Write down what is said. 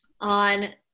on